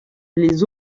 les